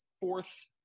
fourth